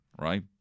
right